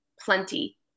plenty